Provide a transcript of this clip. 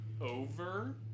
over